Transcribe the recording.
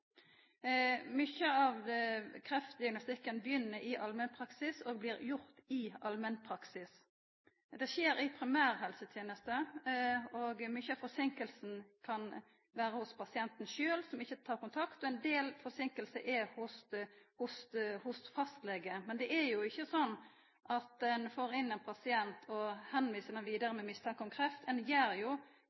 Mykje av kreftdiagnostikken begynner i allmennpraksis og blir gjord i allmennpraksis. Det skjer i primærhelsetenesta, og mykje av forseinkinga kan vera hos pasienten sjølv, som ikkje tek kontakt, og ein del forseinkingar er hos fastlegen. Men det er ikkje sånn at ein får inn ein pasient og viser pasienten vidare med mistanke om kreft. Ein gjer jo